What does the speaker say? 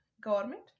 government